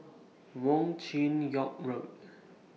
Wong Chin Yoke Road